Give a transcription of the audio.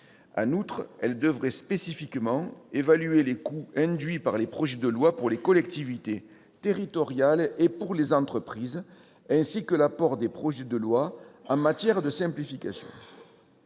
En outre, elles devront évaluer spécifiquement les coûts induits par les projets de loi pour les collectivités territoriales et pour les entreprises, ainsi que l'apport des projets de loi en matière de simplification.